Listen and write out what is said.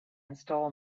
install